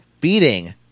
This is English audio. beating